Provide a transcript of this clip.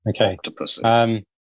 Okay